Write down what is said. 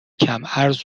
کمعرض